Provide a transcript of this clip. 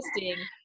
interesting